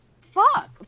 fuck